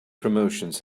promotions